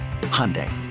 Hyundai